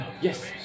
Yes